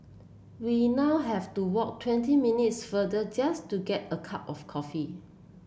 we now have to walk twenty minutes further just to get a cup of coffee